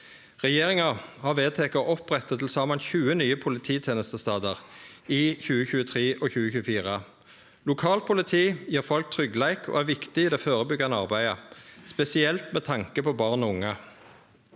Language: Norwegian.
Regjeringa har vedteke å opprette til saman 20 nye polititenestestader i 2023 og 2024. Lokalt politi gir folk tryggleik og er viktig i det førebyggjande arbeidet, spesielt med tanke på barn og unge.